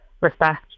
respect